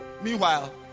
Meanwhile